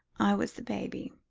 i was the baby.